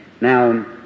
Now